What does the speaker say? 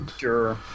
Sure